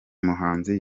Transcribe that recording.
muhanzi